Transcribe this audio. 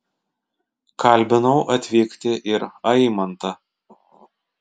kalbinau atvykti ir aimantą